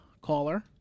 caller